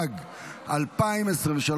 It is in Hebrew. התשפ"ג 2023,